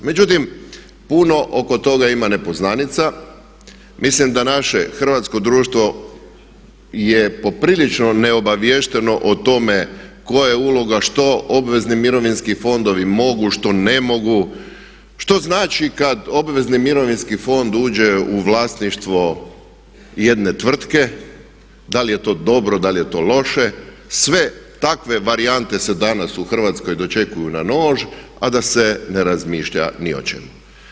Međutim, puno oko toga ima nepoznanica, mislim da naše hrvatsko društvo je poprilično ne obaviješteno o tome koja je uloga, što obvezni mirovinski fondovi mogu, što ne mogu, što znači kad obvezni mirovinski fond uđe u vlasništvo jedne tvrtke, da li je to dobro, da li je to loše, sve takve varijante se danas u Hrvatskoj dočekuju na nož a da se ne razmišlja ni o čemu.